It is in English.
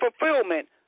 fulfillment